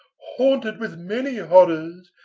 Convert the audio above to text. haunted with many horrors,